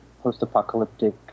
post-apocalyptic